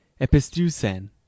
Epistusen